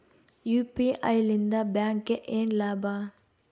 UPI ಲಿಂದ ಬ್ಯಾಂಕ್ಗೆ ಏನ್ ಲಾಭ?